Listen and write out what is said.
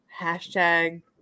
Hashtag